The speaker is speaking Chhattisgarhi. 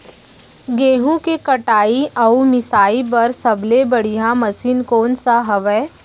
गेहूँ के कटाई अऊ मिंजाई बर सबले बढ़िया मशीन कोन सा हवये?